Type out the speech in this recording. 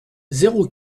zéro